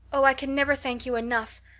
oh, i can never thank you enough.